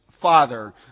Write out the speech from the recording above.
father